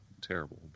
terrible